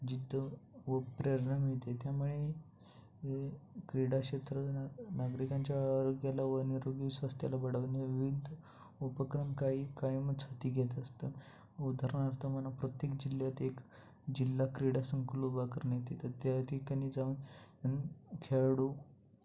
जिद्द व प्रेरणा मिळते त्यामुळे हे क्रीडाक्षेत्र नागरिकांच्या आरोग्याला व निरोगी स्वास्थेला पाठवणे विविध उपक्रम काही काहीमधी घेत असतं उदाहरणार्थ म्हणा प्रत्येक जिल्ह्यात एक जिल्हा क्रीडासंकुल उभा करण्यात येतं तर त्या ठिकाणी जाऊन खेळाडू